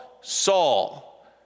Saul